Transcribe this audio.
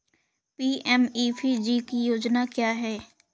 PMEPG योजना क्या है?